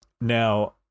Now